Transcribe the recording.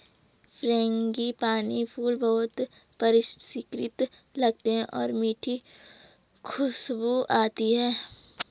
frangipani फूल बहुत परिष्कृत लगते हैं और मीठी खुशबू आती है